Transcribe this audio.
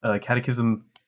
catechism